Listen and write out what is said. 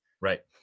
Right